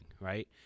right